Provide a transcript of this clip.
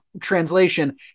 translation